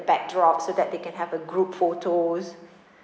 backdrop so that they can have a group photos